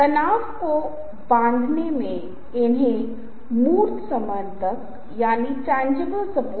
मैं करने वाला नहीं हूँ मैं उन ग्रंथों के साथ आपका ध्यान आकर्षित करने की कोशिश नहीं कर रहा हूं